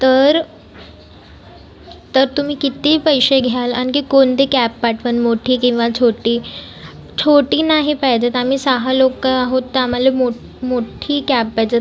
तर तर तुम्ही किती पैसे घ्याल आणखी कोणती कॅब पाठवाल मोठी किंवा छोटी छोटी नाही पाहिजेत आम्ही सहा लोक आहोत तर आम्हाला मोठ मोठी कॅब पाहिजे